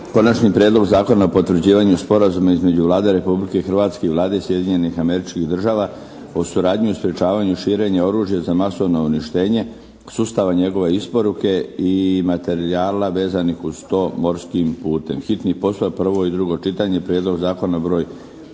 Konačni prijedlog Zakona o potvrđivanju Sporazuma između Vlade Republike Hrvatske i Vlade Sjedinjenih Američkih Država o suradnji u sprječavanju širenja oružja za masovno uništenje, sustava njegove isporuke i materijala vezanih uz to morskim putem, hitni postupak, prvo i drugo čitanje P.Z. br.